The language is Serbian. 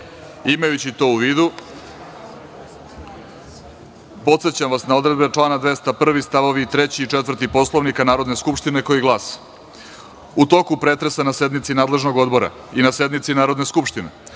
to u vidu, podsećam vas na odredbe člana 201. stavovi 3. i 4. Poslovnika Narodne skupštine koji glasi – u toku pretresa na sednici nadležnog odbora, i na sednici Narodne skupštine,